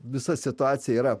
visa situacija yra